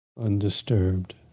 Undisturbed